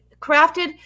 crafted